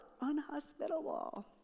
unhospitable